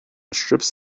strips